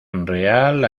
real